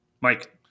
Mike